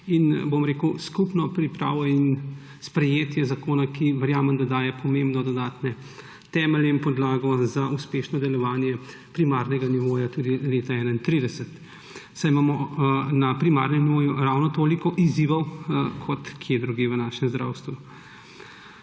v razmislek in skupno pripravo in sprejetje zakona, za katerega verjamem, da daje pomembno dodatne temelje in podlago za uspešno delovanje primarnega nivoja tudi leta 2031, saj imamo na primarnem nivoju ravno toliko izzivov kot kje drugje v našem zdravstvu.